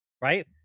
Right